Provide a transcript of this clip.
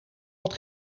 wat